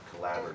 collaborative